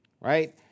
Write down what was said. right